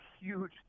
huge